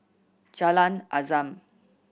Jalan Azam